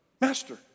Master